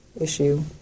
issue